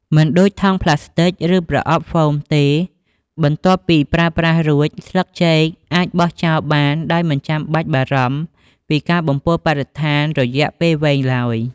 មិនដូចថង់ប្លាស្ទិក ឬប្រអប់ហ្វូមទេ បន្ទាប់ពីប្រើប្រាស់រួច ស្លឹកចេកអាច បោះចោលបានដោយមិនចាំបាច់បារម្ភ ពីការបំពុលបរិស្ថានរយៈពេលវែងឡើយ។